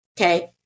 Okay